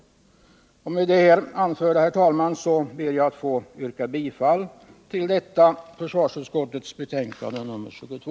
Med det anförda, herr talman, ber jag att få yrka bifall till utskottets hemställan i försvarsutskottets betänkande nr 22.